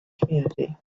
community